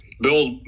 Bills